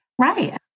Right